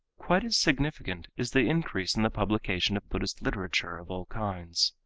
quite as significant is the increase in the publication of buddhist literature of all kinds.